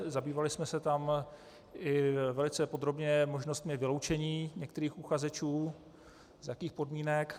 Zabývali jsme se tam i velice podrobně možnostmi vyloučení některých uchazečů, za jakých podmínek.